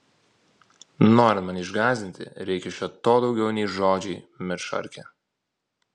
norint mane išgąsdinti reikia šio to daugiau nei žodžiai medšarke